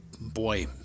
boy